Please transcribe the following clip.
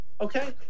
Okay